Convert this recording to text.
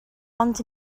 ond